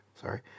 sorry